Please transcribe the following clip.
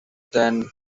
than